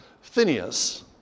Phineas